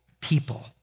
people